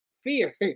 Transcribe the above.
fear